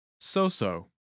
So-so